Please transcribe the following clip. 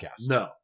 No